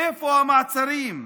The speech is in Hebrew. איפה המעצרים?